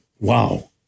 Wow